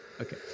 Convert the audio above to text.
okay